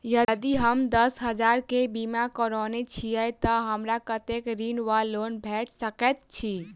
यदि हम दस हजार केँ बीमा करौने छीयै तऽ हमरा कत्तेक ऋण वा लोन भेट सकैत अछि?